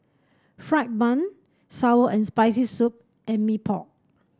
fried bun sour and Spicy Soup and Mee Pok